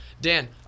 Dan